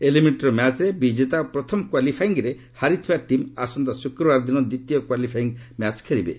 eliminator ମ୍ୟାଚ୍ରେ ବିଜେତା ଓ ପ୍ରଥମ କ୍ୱାଲିଫାଇଙ୍ଗ୍ରେ ହାରିଥିବା ଟିମ୍ ଆସନ୍ତା ଶୁକ୍ରବାର ଦିନ ଦ୍ୱିତୀୟ କ୍ୱାଲିଫାଇଙ୍ଗ୍ ମ୍ୟାଚ୍ ଖେଳିବେ